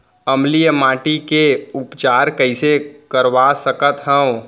अम्लीय माटी के उपचार कइसे करवा सकत हव?